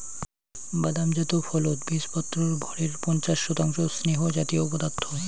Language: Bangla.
বাদাম জাত ফলত বীচপত্রর ভরের পঞ্চাশ শতাংশ স্নেহজাতীয় পদার্থ